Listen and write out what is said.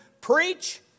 Preach